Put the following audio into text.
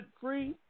free